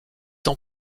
ans